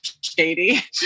shady